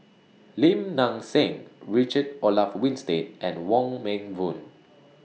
Lim Nang Seng Richard Olaf Winstedt and Wong Meng Voon